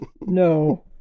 No